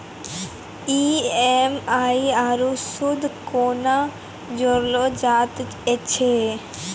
EMI आरू सूद कूना जोड़लऽ जायत ऐछि?